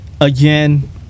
again